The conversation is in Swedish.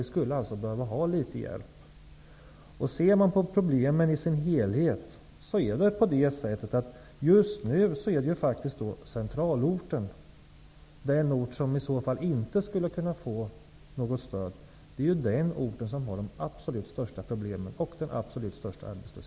Vi skulle behöva litet hjälp. Om man ser problemen i dess helhet, är det just nu centralorten som har de absolut största problemen och den absolut största arbetslösheten. Det är ju den delen som inte skulle kunna få stöd.